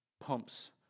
pumps